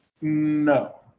No